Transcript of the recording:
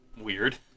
weird